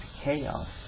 chaos